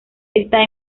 está